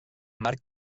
marc